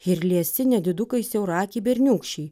ir liesi nedidukai siauraakiai berniūkščiai